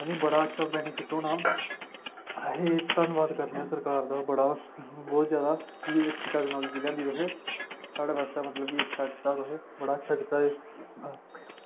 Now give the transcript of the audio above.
हैनी बड़ा अच्छा बेनीफिट होना धन्नबाद करना सरकार दा बड़ा कि एह् जेह्ड़ा बड़ी अच्छी टेक्नोलॉज़ी लेई आई जिनें साढ़े बास्तै बड़ा अच्छा बड़ा अच्छा कीता एह्